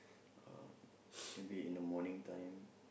um maybe in the morning time